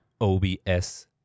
obs